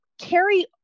carry